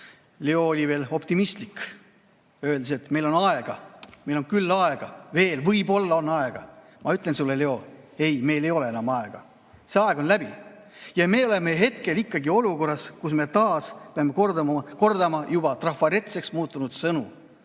Leo oli veel optimistlik, öeldes, et meil on aega, meil on küll aega, veel võib-olla on aega. Ma ütlen sulle, Leo: ei, meil ei ole enam aega, see aeg on läbi. Ja me oleme hetkel ikkagi olukorras, kus me taas peame kordama juba trafaretseks muutunud sõnu.